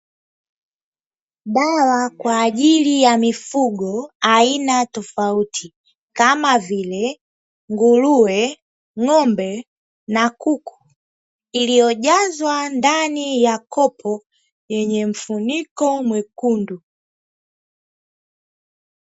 Dawa kwa ajili ya mifugo aina tofauti, kama vile; nguruwe, ng'ombe, na kuku, iliyojazwa ndani ya kopo lenye mfuniko mwekundu.